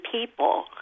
people